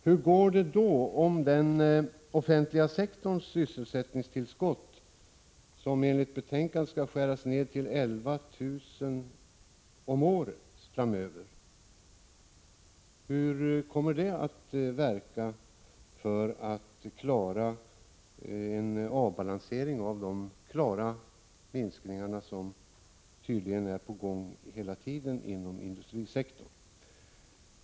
Hur går det då, om den offentliga sektorns sysselsättningstillskott, enligt förslaget i betänkandet, skall skäras ned till 11 000 om året framöver? Hur kommer det att påverka arbetet för att klara en balansering av de påtagliga minskningar inom industrisektorn som tydligen är på gång hela tiden?